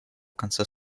конца